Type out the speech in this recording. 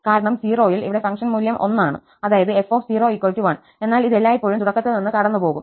കാരണം 0 ൽ ഇവിടെ ഫംഗ്ഷൻ മൂല്യം 1 ആണ് അതായത് f 1 എന്നാൽ ഇത് എല്ലായ്പ്പോഴും തുടക്കത്തിൽ നിന്ന് കടന്നുപോകും